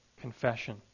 confession